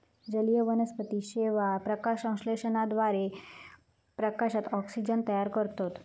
जलीय वनस्पती शेवाळ, प्रकाशसंश्लेषणाद्वारे प्रकाशात ऑक्सिजन तयार करतत